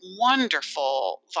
wonderful